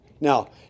Now